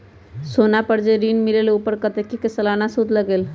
सोना पर जे ऋन मिलेलु ओपर कतेक के सालाना सुद लगेल?